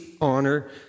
honor